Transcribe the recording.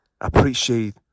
appreciate